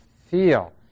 feel